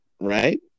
Right